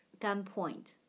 gunpoint